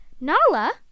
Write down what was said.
Nala